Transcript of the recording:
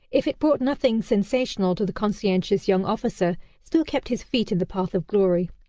if it brought nothing sensational to the conscientious young officer, still kept his feet in the path of glory.